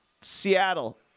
Seattle